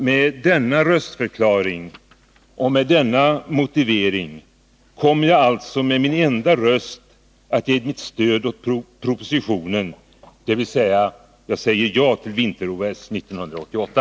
Med denna röstförklaring och med denna motivering kommer jag alltså med min enda röst att ge mitt stöd åt propositionen, dvs. jag säger ja till vinter-OS 1988.